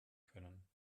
können